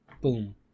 Boom